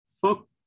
Fuck